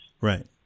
Right